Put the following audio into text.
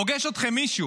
פוגש אתכם מישהו,